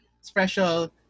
special